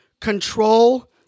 Control